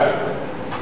זה הכול.